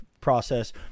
process